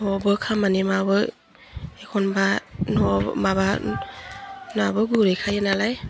न'आवबो खामानि मावो एखनबा न' माबा नाबो गुरहैखायो नालाय